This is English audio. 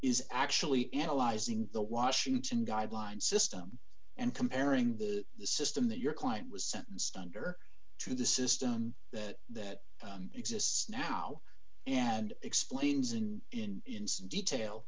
is actually analyzing the washington guideline system and comparing the system that your client was sentenced under to the system that that exists now and explains in in in some detail